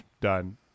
done